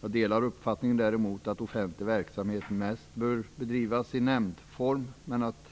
Däremot delar jag uppfattningen att offentlig verksamhet mest bör bedrivas i nämndform men att